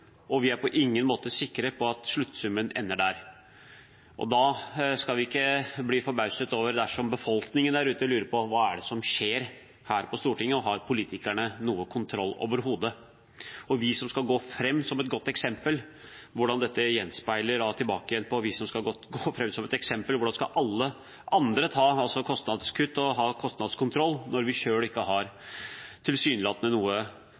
og vi er på ingen måte sikre på at sluttsummen ender der. Da skal vi ikke bli forbauset dersom befolkningen der ute lurer på hva det er som skjer her på Stortinget, og om politikerne har noen kontroll, overhodet. Når vi som skal gå foran med et godt eksempel, tilsynelatende ikke har noen kostnadskontroll, hvorfor skal andre da foreta kostnadskutt og ha kostnadskontroll? For det er slik det er. Det virker som om byggeprosjektet er helt utenfor kontroll og styring når det gjelder kostnader, og hvor vi